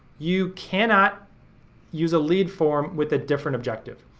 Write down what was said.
you cannot use a lead form with a different objective.